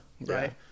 right